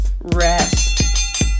rest